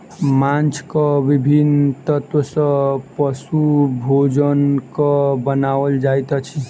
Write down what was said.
माँछक विभिन्न तत्व सॅ पशु भोजनक बनाओल जाइत अछि